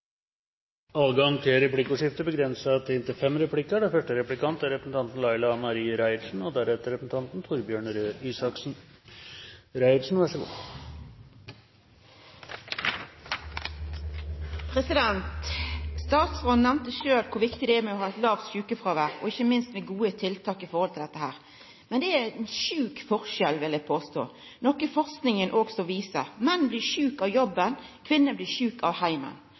Det blir replikkordskifte. Statsråden nemnde sjølv kor viktig det er å ha eit lågt sjukefråvær, og ikkje minst å ha gode tiltak når det gjeld det. Men det er ein «sjuk» forskjell, vil eg påstå, noko forskinga også viser: Menn blir sjuke av jobben, kvinner blir sjuke av